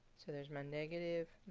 so there's my negative,